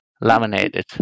Laminated